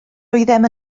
oeddem